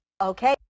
Okay